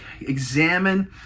examine